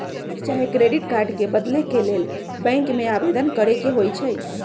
debit चाहे credit card के बदले के लेल बैंक में आवेदन करेके होइ छइ